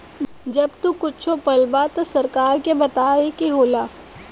जब तू कुच्छो पलबा त सरकार के बताए के होला